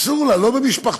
אסור לה, לא במשפחתון.